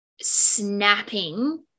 snapping